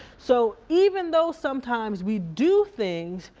so even though sometimes we do things,